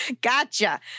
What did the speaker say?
Gotcha